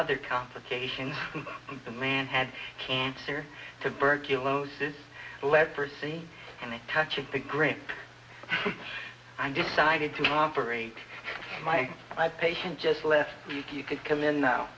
other complications the man had cancer tuberculosis leprosy and a touch of the great i decided to operate my eye patient just left you could come in